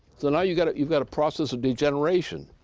so now you've got you've got a process of degeneration,